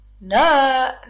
No